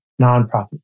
nonprofit